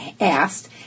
asked